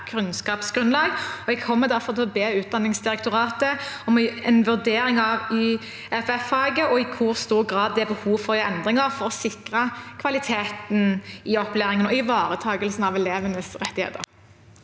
kommer derfor til å be Utdanningsdirektoratet om en vurdering av YFF-faget og i hvor stor grad det er behov for å gjøre endringer for å sikre kvaliteten i opplæringen og ivaretakelsen av elevenes rettigheter.